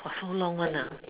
so long one